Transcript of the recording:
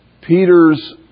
Peter's